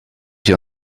wir